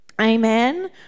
Amen